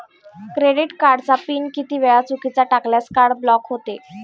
Credit कार्डचा pin किती वेळा चुकीचा टाकल्यास कार्ड ब्लॉक होते?